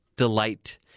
delight